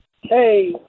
Hey